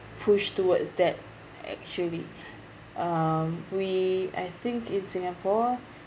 push towards that actually um we I think in singapore